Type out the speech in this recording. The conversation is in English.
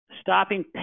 stopping